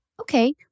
okay